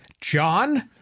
john